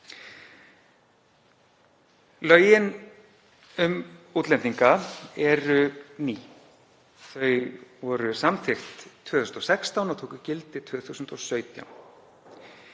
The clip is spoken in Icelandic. Lögin um útlendinga eru ný, þau voru samþykkt 2016 og tóku gildi 2017.